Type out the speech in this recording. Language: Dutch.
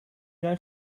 jij